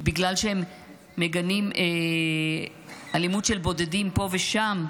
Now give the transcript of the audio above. בגלל שמגנים אלימות של בודדים פה ושם,